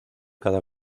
cada